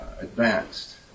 advanced